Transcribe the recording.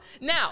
Now